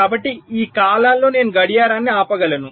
కాబట్టి ఈ కాలాల్లో నేను గడియారాన్ని ఆపగలను